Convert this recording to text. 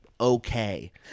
okay